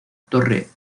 torre